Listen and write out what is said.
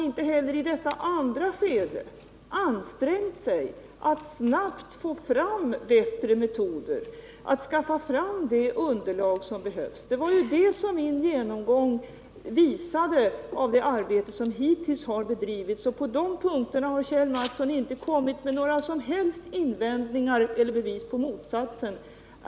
Inte heller i detta andra skede har man ansträngt sig att snabbt få fram bättre metoder, att skaffa det underlag som behövs. Det var det som min genomgång av det arbete som hittills har bedrivits visade. På de punkterna har Kjell Mattsson inte kommit med några som helst invändningar eller bevis på motsatsen.